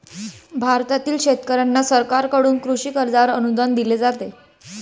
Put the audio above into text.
भारतातील शेतकऱ्यांना सरकारकडून कृषी कर्जावर अनुदान दिले जाते